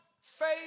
faith